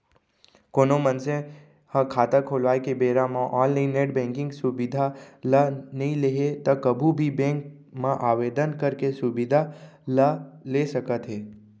कोनो मनसे ह खाता खोलवाए के बेरा म ऑनलाइन नेट बेंकिंग सुबिधा ल नइ लेहे त कभू भी बेंक म आवेदन करके सुबिधा ल ल सकत हे